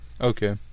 Okay